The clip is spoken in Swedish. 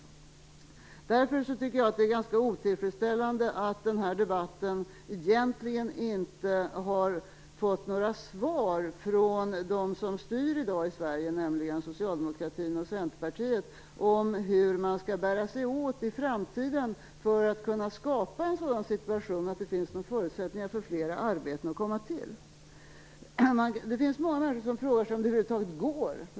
Därför tycker jag att det är ganska otillfredsställande att vi i den här debatten egentligen inte har fått några svar från dem som styr i dag i Sverige, nämligen socialdemokratin och Centerpartiet, om hur man skall bära sig åt i framtiden för att kunna skapa förutsättningar för flera arbeten. Det finns många människor som frågar sig om det över huvud taget går.